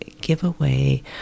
giveaway